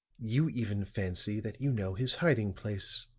you even fancy that you know his hiding-place.